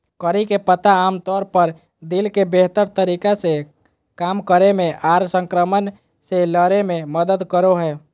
करी के पत्ता आमतौर पर दिल के बेहतर तरीका से काम करे मे आर संक्रमण से लड़े मे मदद करो हय